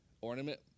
ornament